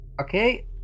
Okay